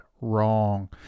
wrong